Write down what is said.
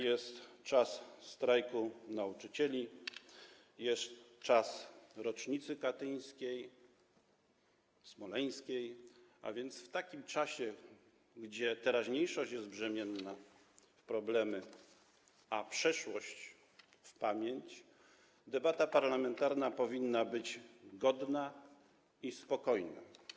Jest czas strajku nauczycieli, jest czas rocznicy katyńskiej, smoleńskiej, a więc w takim czasie, gdzie teraźniejszość jest brzemienna w problemy, a przeszłość - w pamięć, debata parlamentarna powinni być godna i spokojna.